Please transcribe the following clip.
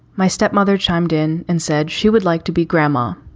my stepmother chimed in and said she would like to be grandma.